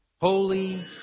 Holy